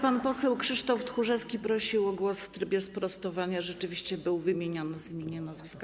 Pan poseł Krzysztof Tchórzewski prosił o głos w trybie sprostowania - rzeczywiście był wymieniony z imienia i nazwiska.